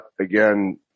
again